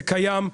זה קיים,